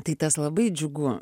tai tas labai džiugu